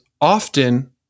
often